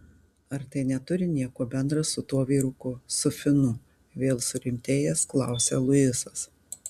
ar tai neturi nieko bendra su tuo vyruku su finu vėl surimtėjęs klausia luisas